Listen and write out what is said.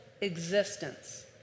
existence